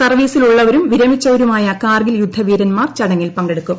സർവ്വീസിൽ ഉള്ളവരും വിരമിച്ചവരുമായ കാർഗിൽ യുദ്ധവീരൻമാർ ചടങ്ങിൽ പങ്കെടുക്കും